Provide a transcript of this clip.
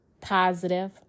positive